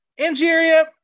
angeria